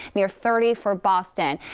near thirty for boston.